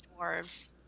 dwarves